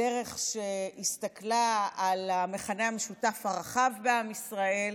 הדרך שהסתכלה על המכנה המשותף הרחב בעם ישראל,